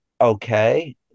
okay